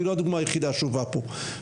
היא לא הדוגמה היחידה שהובאה פה.